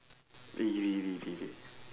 eh இரு இரு இரு இரு இரு: iru iru iru iru iru